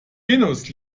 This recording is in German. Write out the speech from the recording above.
venus